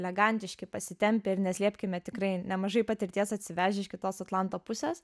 elegantiški pasitempę ir neslėpkime tikrai nemažai patirties atsivežę iš kitos atlanto pusės